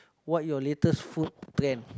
what your latest food trend